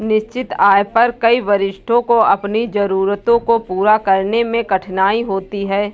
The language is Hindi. निश्चित आय पर कई वरिष्ठों को अपनी जरूरतों को पूरा करने में कठिनाई होती है